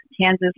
Kansas